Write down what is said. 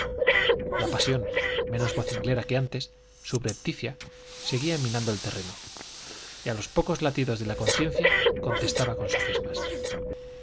la pasión menos vocinglera que antes subrepticia seguía minando el terreno y a los pocos latidos de la conciencia contestaba con sofismas